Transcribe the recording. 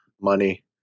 money